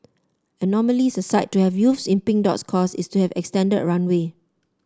anomalies aside to have youths in Pink Dot's cause is to have an extended runway